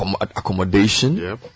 accommodation